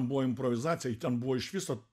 buvo improvizacija i ten buvo iš viso